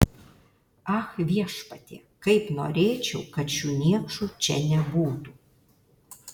ak viešpatie kaip norėčiau kad šių niekšų čia nebūtų